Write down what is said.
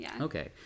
okay